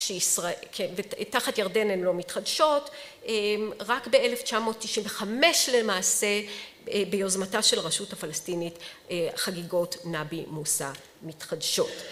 ותחת ירדן הן לא מתחדשות, רק ב-1995 למעשה ביוזמתה של רשות הפלסטינית חגיגות נבי מוסא מתחדשות.